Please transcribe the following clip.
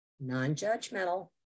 non-judgmental